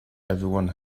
everyone